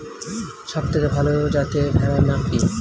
সবথেকে ভালো যাতে ভেড়ার নাম কি?